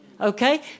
Okay